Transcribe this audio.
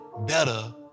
better